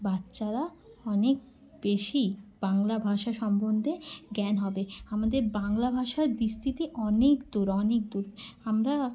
বাচ্চারা অনেক বেশি বাংলা ভাষা সম্বন্ধে জ্ঞান হবে আমাদের বাংলা ভাষায় দৃষ্টিটি অনেক দূর অনেক দূর আমরা